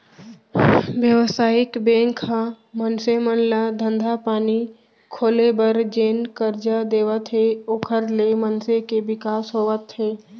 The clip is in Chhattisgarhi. बेवसायिक बेंक ह मनसे मन ल धंधा पानी खोले बर जेन करजा देवत हे ओखर ले मनसे के बिकास होवत हे